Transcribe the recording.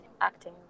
acting